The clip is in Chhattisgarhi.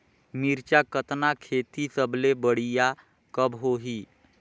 मिरचा कतना खेती सबले बढ़िया कब होही?